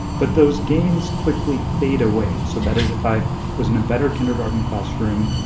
but those gains quickly fade away. so that is if i was in a better kindergarten classroom,